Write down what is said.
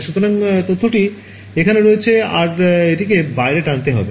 সুতরাং তথ্যটি এখানে রয়েছে আর এটিকে বাইরে টানতে হবে